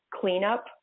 cleanup